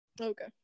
Okay